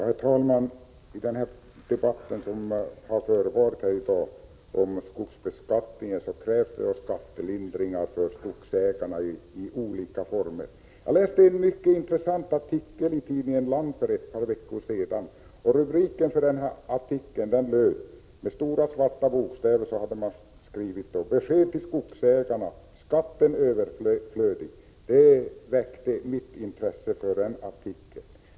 Herr talman! I den debatt som har förevarit här i dag om skogsbeskattningen krävs det skattelindring för skogsägarna i olika former. Jag läste en mycket intressant artikel i tidningen Land för ett par veckor sedan. Rubriken till artikeln hade man skrivit med stora svarta bokstäver: Besked till skogsägarna — skatten överflödig. Det väckte mitt intresse för den artikeln.